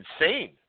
insane